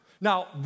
Now